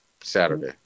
Saturday